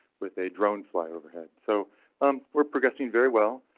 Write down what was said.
with a drone fly overhead, so um we're progressing very well.